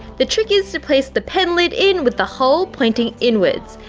the trick is to place the pen lid in with the hole pointing inwards,